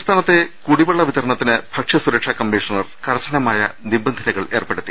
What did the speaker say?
സംസ്ഥാനത്തെ കുടിവെള്ള വിതരണത്തിന് ഭക്ഷ്യസുരക്ഷാ കമ്മീ ഷണർ കർശനമായ നിബന്ധനകൾ ഏർപ്പെടുത്തി